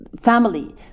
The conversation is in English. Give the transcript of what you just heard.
family